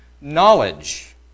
knowledge